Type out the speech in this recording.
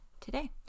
today